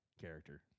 character